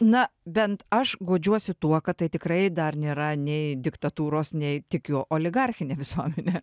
na bent aš guodžiuosi tuo kad tai tikrai dar nėra nei diktatūros nei tikiu oligarchinė visuomenė